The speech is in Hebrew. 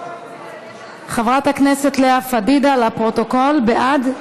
חברת הכנסת לאה פדידה, לפרוטוקול, בעד?